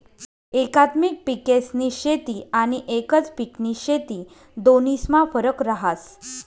एकात्मिक पिकेस्नी शेती आनी एकच पिकनी शेती दोन्हीस्मा फरक रहास